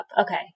Okay